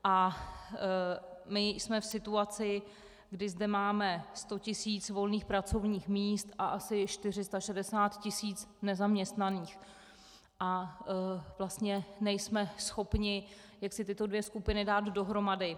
My jsme v situaci, kdy zde máme 100 tis. volných pracovních míst a asi 460 tis. nezaměstnaných a vlastně nejsme schopni jaksi tyto dvě skupiny dát dohromady.